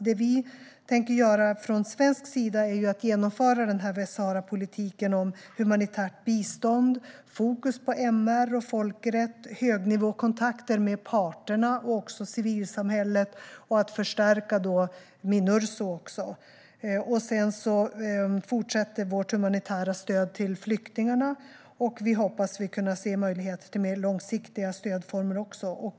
Det vi tänker göra från svensk sida är att genomföra västsaharapolitiken med humanitärt bistånd, fokus på MR och folkrätt, högnivåkontakter med parterna och civilsamhället och att förstärka Minurso. Vårt humanitära stöd till flyktingarna fortsätter, och vi hoppas kunna se möjligheter till mer långsiktiga stödformer.